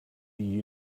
you